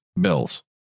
bills